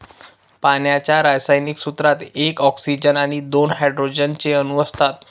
पाण्याच्या रासायनिक सूत्रात एक ऑक्सीजन आणि दोन हायड्रोजन चे अणु असतात